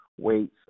weights